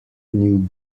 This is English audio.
new